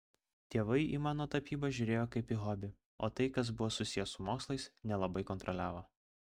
tėvai į mano tapybą žiūrėjo kaip į hobį o tai kas buvo susiję su mokslais nelabai kontroliavo